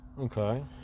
Okay